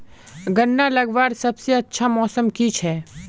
गन्ना लगवार सबसे अच्छा मौसम की छे?